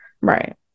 Right